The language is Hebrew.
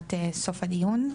לקראת סוף הדיון,